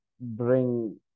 bring